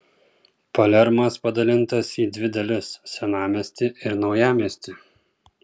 palermas padalintas į dvi dalis senamiestį ir naujamiestį